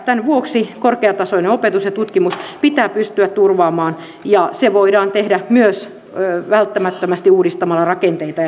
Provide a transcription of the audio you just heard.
tämän vuoksi korkeatasoinen opetus ja tutkimus pitää pystyä turvaamaan ja se voidaan tehdä vain uudistamalla rakenteita ja toimintatapoja